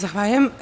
Zahvaljujem.